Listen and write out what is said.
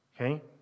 Okay